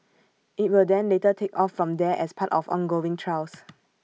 IT will then later take off from there as part of ongoing trials